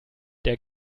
der